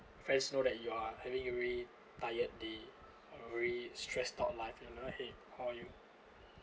friends know that you are having really tired the or really stressed out life you know he call you